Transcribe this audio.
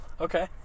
Okay